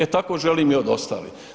E tako želim i od ostalih.